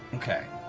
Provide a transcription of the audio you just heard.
okay.